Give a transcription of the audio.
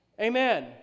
Amen